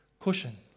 Cushion